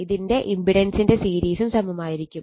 ഇതിന്റെ ഇമ്പിടൻസിന്റെ സീരീസും സമമായിരിക്കും